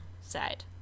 side